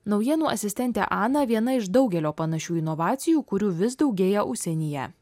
naujienų asistentė ana viena iš daugelio panašių inovacijų kurių vis daugėja užsienyje